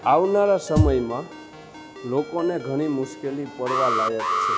આવનારા સમયમાં લોકોને ઘણી મુશ્કેલી પડવા લાયક છે